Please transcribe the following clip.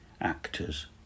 actors